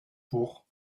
pour